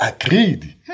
agreed